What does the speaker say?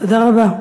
תודה רבה.